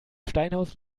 steinhaus